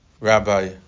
rabbi